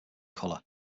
color